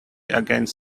against